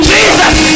Jesus